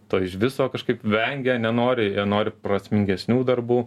to iš viso kažkaip vengia nenori jie nori prasmingesnių darbų